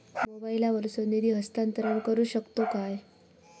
मोबाईला वर्सून निधी हस्तांतरण करू शकतो काय?